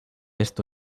esto